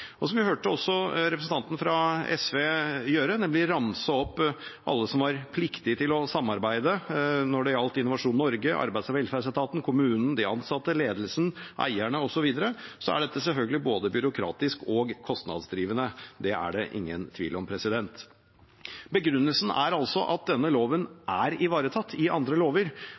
Vi hørte også representanten fra SV ramse opp alle som var pliktige til å samarbeide, som Innovasjon Norge, arbeids- og velferdsetaten, kommunen, de ansatte, ledelsen, eierne osv. Dette er selvfølgelig både byråkratisk og kostnadsdrivende. Det er det ingen tvil om. Begrunnelsen for å oppheve denne loven er at den er ivaretatt i andre lover.